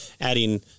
adding